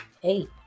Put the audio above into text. hey